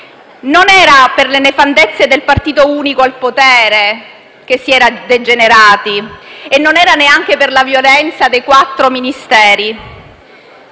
Non era per le nefandezze del partito unico al potere che si era degenerati e neanche per la violenza dei quattro Ministeri,